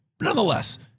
nonetheless